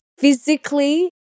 physically